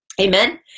Amen